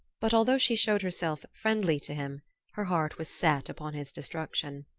but although she showed herself friendly to him her heart was set upon his destruction.